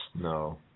No